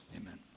amen